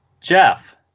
Jeff